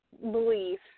belief